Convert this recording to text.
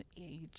age